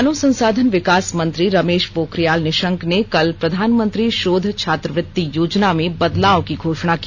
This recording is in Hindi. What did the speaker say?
मानव संसाधन विकास मंत्री रमेश पोखरियाल निशंक ने कल प्रधानमंत्री शोध छात्रवृत्ति योजना में बदलाव की घोषणा की